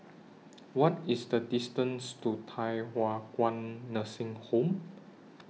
What IS The distance to Thye Hua Kwan Nursing Home